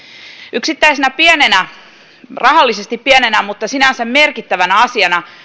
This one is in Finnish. yksittäisenä rahallisesti pienenä mutta sinänsä merkittävänä asiana